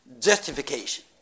justification